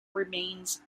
remains